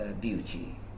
beauty